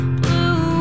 blue